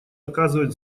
оказывать